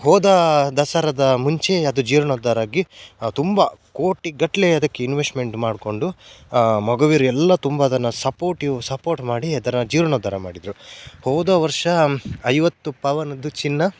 ಹೋದ ದಸರಾದ ಮುಂಚೆ ಅದು ಜೀರ್ಣೋದ್ಧಾರ ಆಗಿ ತುಂಬ ಕೋಟಿಗಟ್ಟಲೆ ಅದಕ್ಕೆ ಇನ್ವೆಸ್ಟ್ಮೆಂಟ್ ಮಾಡಿಕೊಂಡು ಆ ಮೊಗವೀರ್ರು ಎಲ್ಲ ತುಂಬ ಅದನ್ನು ಸಪೋರ್ಟಿವ್ ಸಪೋರ್ಟ್ ಮಾಡಿ ಅದರ ಜೀರ್ಣೋದ್ಧಾರ ಮಾಡಿದರು ಹೋದ ವರ್ಷ ಐವತ್ತು ಪವನ್ದು ಚಿನ್ನ